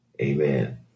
Amen